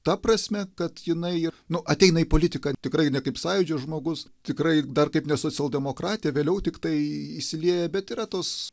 ta prasme kad jinai nu ateina į politiką tikrai ne kaip sąjūdžio žmogus tikrai dar kaip ne socialdemokratė vėliau tiktai įsilieja bet yra tos